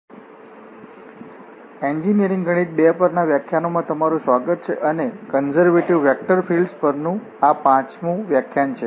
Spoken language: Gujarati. તેથી એન્જિનિયરિંગ ગણિત 2 પરના વ્યાખ્યાનોમાં તમારું સ્વાગત છે અને કન્ઝર્વેટિવ વેક્ટર ફીલ્ડ્સ પરનું આ પાંચમુ વ્યાખ્યાન છે